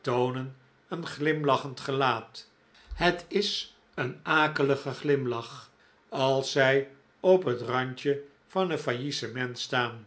toonen een glimlachend gelaat het is een akelige glimlach als zij op het randje van een faillissement staan